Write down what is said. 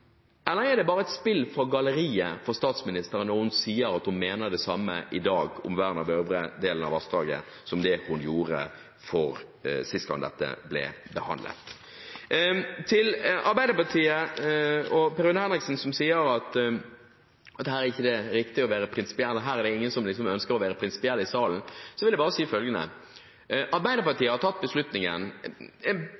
eller er det bare spill for galleriet av statsministeren når hun sier at hun mener det samme i dag om vern av øvre del av vassdraget som hun gjorde sist gang dette ble behandlet? Til Arbeiderpartiet og Per Rune Henriksen, som sier at her er det ikke riktig å være prinsipiell – her er det ingen som ønsker å være prinsipiell i salen – vil jeg bare si følgende: